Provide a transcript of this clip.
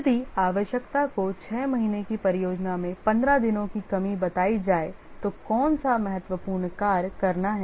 यदि आवश्यकता को 6 महीने की परियोजना में 15 दिनों की कमी बताई जाए तो कौन सा महत्वपूर्ण कार्य करना है